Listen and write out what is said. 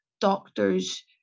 doctors